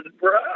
bro